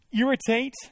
irritate